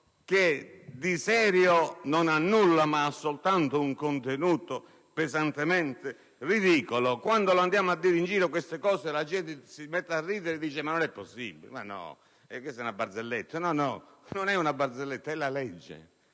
che di serio non ha nulla, ha soltanto un contenuto pesantemente ridicolo. Quando diciamo in giro queste cose la gente si mette a ridere credendo che non sia possibile, che sia una barzelletta! Invece non è una barzelletta, è la legge.